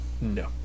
No